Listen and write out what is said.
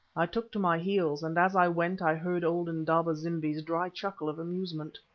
i took to my heels, and as i went i heard old indaba-zimbi's dry chuckle of amusement.